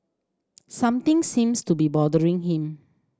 something seems to be bothering him